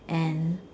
and